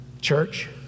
Church